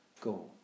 go